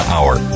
Hour